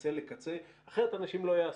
קצה לקצה אחרת אנשים לא יעשו,